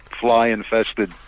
fly-infested